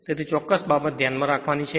તેથી ચોક્કસ બાબત ધ્યાનમાં રાખવાની છે